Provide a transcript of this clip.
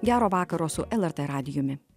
gero vakaro su lrt radijumi